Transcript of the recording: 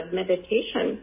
meditation